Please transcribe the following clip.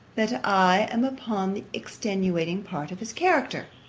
that i am upon the extenuating part of his character.